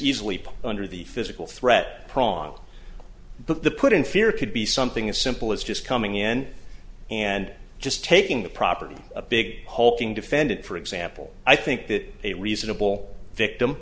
easily put under the physical threat pawn but the put in fear could be something as simple as just coming in and just taking the property a big holding defendant for example i think that a reasonable victim